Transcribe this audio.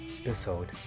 episode